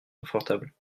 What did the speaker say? confortables